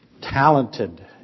talented